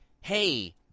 hey